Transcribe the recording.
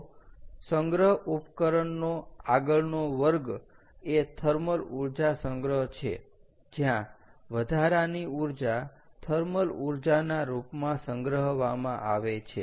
તો સંગ્રહ ઉપકરણ નો આગળનો વર્ગ એ થર્મલ ઊર્જા સંગ્રહ છે જ્યાં વધારાની ઊર્જા થર્મલ ઊર્જાના રૂપમાં સંગ્રહવામા આવે છે